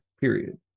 period